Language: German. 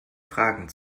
fragen